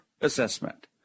assessment